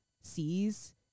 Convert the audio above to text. sees